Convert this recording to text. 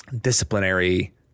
disciplinary